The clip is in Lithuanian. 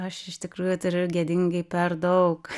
aš iš tikrųjų turiu gėdingai per daug